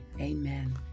Amen